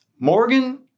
Morgan